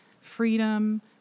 freedom